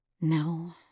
No